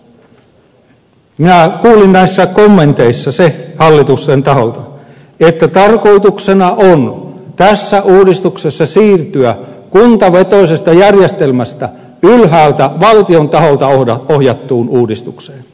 minä kuulin näissä kommenteissa sen hallituksen taholta että tarkoituksena on tässä uudistuksessa siirtyä kuntavetoisesta järjestelmästä ylhäältä valtion taholta ohjattuun uudistukseen